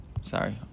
Sorry